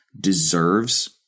deserves